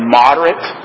moderate